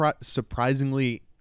surprisingly